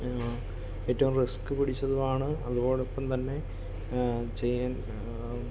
ഏറ്റവും റിസ്ക് പിടിച്ചതുമാണ് അതോടൊപ്പം തന്നെ ചെയ്യാൻ